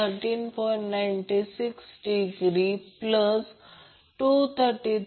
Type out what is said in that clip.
498cos 2t 30